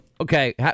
Okay